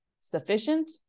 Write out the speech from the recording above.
sufficient